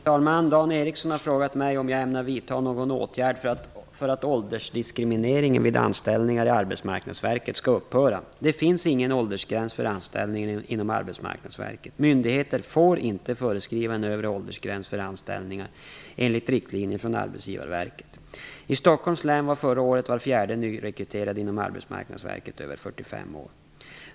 Fru talman! Dan Ericsson har frågat mig om jag ämnar vidta någon åtgärd för att åldersdiskrimineringen vid anställningar i Arbetsmarknadsverket skall upphöra. Det finns ingen åldersgräns för anställningar inom Arbetsmarknadsverket. Myndigheter får inte föreskriva en övre åldersgräns för anställningar, enligt riktlinjer från Arbetsgivarverket. I Stockholms län var förra året var fjärde nyrekryterad inom Arbetsmarknadsverket över 45 år.